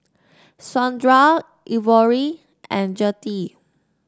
Saundra Ivory and Gertie